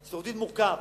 במצב סיעודי מורכב.